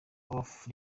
off